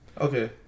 Okay